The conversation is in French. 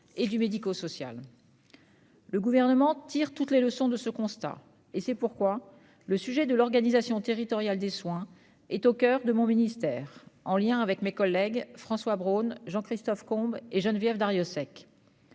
et du médico-social. Le Gouvernement tire toutes les leçons de ce constat. C'est pourquoi le sujet de l'organisation territoriale des soins est au coeur de mon ministère, en lien avec mes collègues François Braun, Jean-Christophe Combe et Geneviève Darrieussecq.